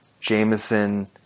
Jameson